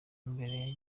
mbere